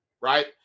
right